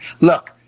look